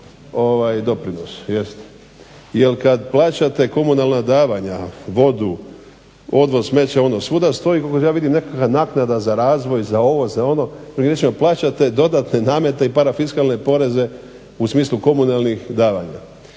doprinos? Jeste. Jer kad plaćate komunalna davanja vodu, odvoz smeća svuda stoji koliko ja vidim nekakva naknada za razvoj, za ovo, za ono koji …/Govornik se ne razumije./… plaćate dodatne namete i parafiskalne poreze u smislu komunalnih davanja.